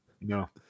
No